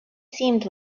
seemed